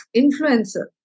influencer